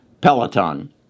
Peloton